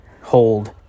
hold